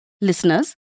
Listeners